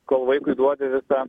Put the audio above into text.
kol vaikui duodi visą